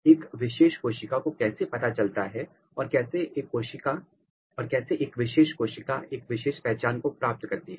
एक विशेष कोशिका को कैसे पता चलता है और कैसे एक विशेष कोशिका एक विशेष पहचान को प्राप्त करती है